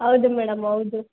ಹೌದು ಮೇಡಮ್ ಹೌದು